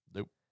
Nope